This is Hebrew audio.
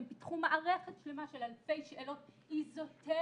הם פיתחו מערכת שלמה של אלפי שאלות איזוטריות,